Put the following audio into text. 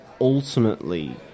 ultimately